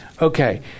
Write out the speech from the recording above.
Okay